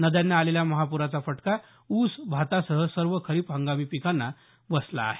नद्यांना आलेल्या महापुराचा फटका ऊस भातासह सर्व खरीप हंगामी पिकांना बसला आहे